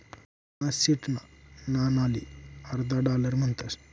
पन्नास सेंटना नाणाले अर्धा डालर म्हणतस